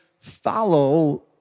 follow